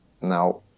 Now